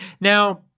now